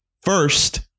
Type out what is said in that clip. First